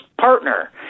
partner